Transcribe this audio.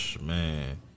man